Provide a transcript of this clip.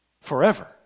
forever